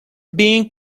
bing